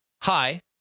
Hi